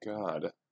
God